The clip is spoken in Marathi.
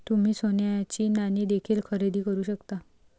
तुम्ही सोन्याची नाणी देखील खरेदी करू शकता